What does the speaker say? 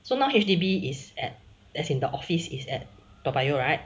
so now H_D_B is at as in the office is at toa payoh right